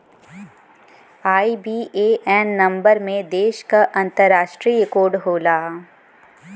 IBAN नंबर में देश क अंतरराष्ट्रीय कोड होला